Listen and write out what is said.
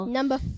Number